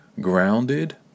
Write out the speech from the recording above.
grounded